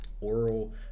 Oral